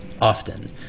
often